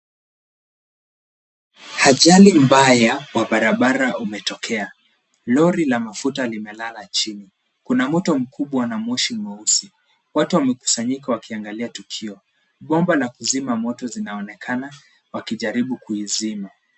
Ajali mbaya wa barabara umetokea. Lori la mafuta limelala chini. Kuna moto mkubwa na moshi mweusi. Watu wamekusanyika wakiangalia tukio. Bomba la kuzima moto zinaonekana wakijaribu kuizima.